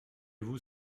vous